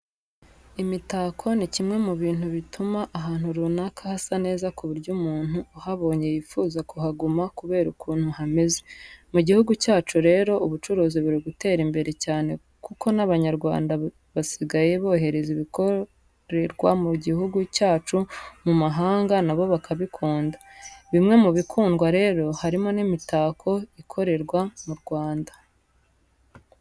Imitako ni kimwe mu bintu bituma ahantu runaka hasa neza ku buryo umuntu uhabonye yifuza kuhaguma kubera ukuntu hameze. Mu gihugu cyacu rero ubucuruzi buri gutera imbere cyane kuko n'Abanyarwanda basigaye bohereza ibikorerwa mu gihugu cyacu mu mahanga na bo bakabikunda. Bimwe mu bikundwa rero harimo n'imitako ikorerwa mu Rwanda.